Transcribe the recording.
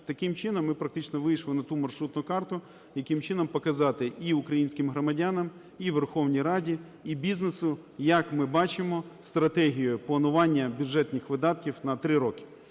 таким чином ми практично вийшли на ту маршрутну карту, яким чином показати і українським громадянам, і Верховній Раді, і бізнесу, як ми бачимо стратегію планування бюджетних видатків на три роки.